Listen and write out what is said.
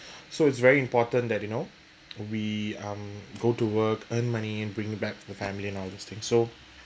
so it's very important that you know we um go to work earn money and bring it back for the family and all those thing so